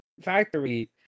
factory